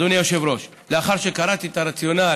אדוני היושב-ראש, לאחר שקראתי את הרציונל